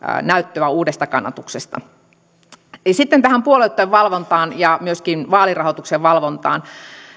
näyttöä uudesta kannatuksesta sitten tähän puolueitten valvontaan ja myöskin vaalirahoituksen valvontaan